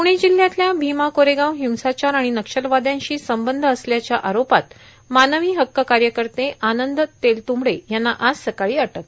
पुणे जिल्ह्यातल्या भीमा कोरेगाव हिंसाचार आण नक्षलवादयांशी संबंध असल्याच्या आरोपात मानवी हक्क कायकत आनंद तेलत्रंबडे यांना आज सकाळी अटक